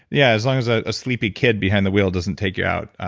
yeah, as long as a sleepy kid behind the wheel doesn't take you out.